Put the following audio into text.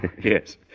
Yes